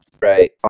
Right